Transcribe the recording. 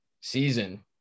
season